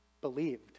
believed